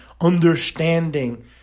understanding